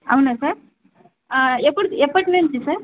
అవునా సార్ ఎప్పుడు ఎప్పటినుంచి సార్